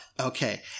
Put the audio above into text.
Okay